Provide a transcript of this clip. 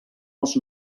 els